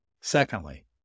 Secondly